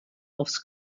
aufs